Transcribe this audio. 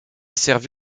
servi